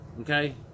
Okay